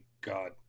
god